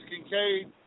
Kincaid